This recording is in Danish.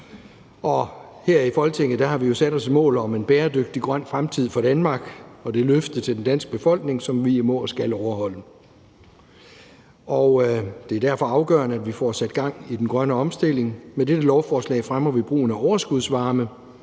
Her i Folketinget har vi jo sat os et mål om en bæredygtig grøn fremtid for Danmark, og vi har givet et løfte til den danske befolkning, som vi må og skal overholde. Det er derfor afgørende, at vi får sat gang i den grønne omstilling. Med dette lovforslag fremmer vi brugen af overskudsvarme